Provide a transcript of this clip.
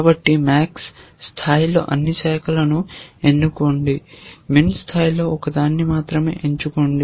కాబట్టి MAX స్థాయిలో అన్ని శాఖలను ఎన్నుకోండి MIN స్థాయిలో ఒకదాన్ని మాత్రమే ఎంచుకోండి